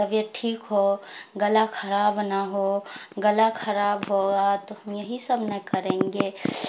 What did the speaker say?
طبیعت ٹھیک ہو گلا خراب نہ ہو گلا خراب ہوگا تو ہم یہی سب نہ کریں گے